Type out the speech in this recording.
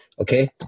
okay